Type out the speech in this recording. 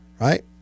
right